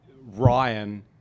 ryan